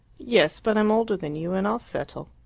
yes, but i'm older than you, and i'll settle.